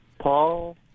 Paul